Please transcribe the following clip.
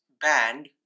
band